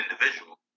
individual